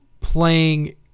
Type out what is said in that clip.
playing